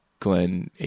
Glenn